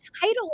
title